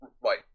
right